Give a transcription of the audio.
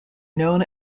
known